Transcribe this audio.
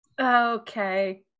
okay